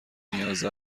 نیاز